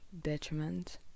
detriment